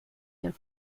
their